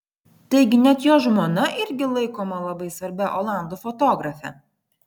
taigi net jo žmona irgi laikoma labai svarbia olandų fotografe